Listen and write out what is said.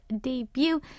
debut